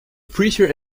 preacher